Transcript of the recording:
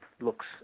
looks